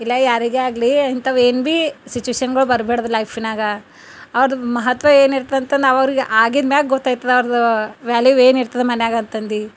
ಇಲ್ಲ ಯಾರಿಗೇ ಆಗಲಿ ಇಂಥವ್ ಏನು ಬಿ ಸಿಚ್ಯುವೇಷನ್ಗಳು ಬರಬಾಡ್ದ್ ಲೈಫ್ನಾಗ ಅವರದು ಮಹತ್ವ ಏನಿರ್ತಂತ ನಾವು ಅವ್ರಿಗೆ ಆಗಿದಮ್ಯಾಗ್ ಗೊತ್ತಾಯ್ತದ ಅವರ್ದು ವ್ಯಾಲ್ಯೂ ಏನು ಇರ್ತದ ಮನೆಯಾಗಂತದಿ